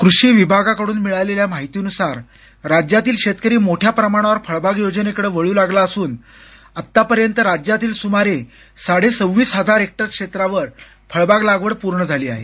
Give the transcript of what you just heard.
कृषी विभागाकडून मिळालेल्या माहितीनुसार राज्यातील शेतकरी मोठ्या प्रमाणावर फळबाग योजनेकडे वळू लागला असून आत्तापर्यंत राज्यातील सुमारे साडे सव्वीस हजार हेक्टर क्षेत्रावर फळबाग लागवड पूर्ण झाली आहे